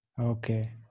Okay